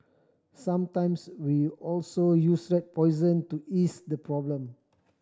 sometimes we also use rat poison to ease the problem